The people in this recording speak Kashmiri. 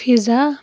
فِزا